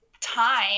time